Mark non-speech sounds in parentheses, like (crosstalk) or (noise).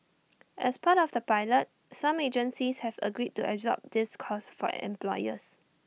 (noise) as part of the pilot some agencies have agreed to absorb this cost for employers